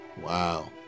wow